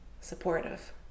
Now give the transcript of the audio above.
supportive